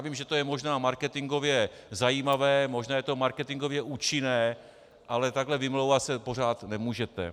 Vím, že to je možná marketingově zajímavé, možná je to marketingově účinné, ale takhle vymlouvat se pořád nemůžete.